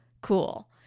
cool